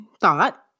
thought